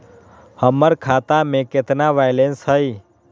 हमर खाता में केतना बैलेंस हई?